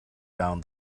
down